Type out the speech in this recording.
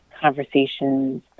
conversations